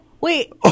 Wait